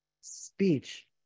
Speech